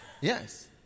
Yes